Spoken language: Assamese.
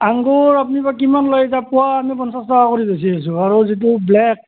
আঙ্গুৰ আপুনি বা কিমান লয় এতিয়া পোৱা আমি পঞ্চাছ টকা কৰি বেচি আছো আৰু যিটো ব্লেক